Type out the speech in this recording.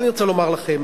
אני רוצה לומר לכם